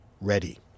ready